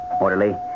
orderly